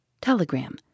Telegram